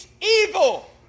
evil